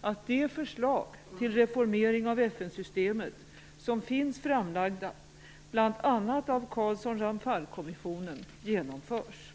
att de förslag till reformering av FN-systemet som finns framlagda, bl a av Carlsson-Ramphal-kommissionen, genomförs.